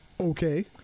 Okay